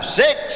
six